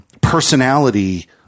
personality